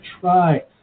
try